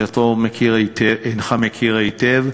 שאותו הנך מכיר היטב,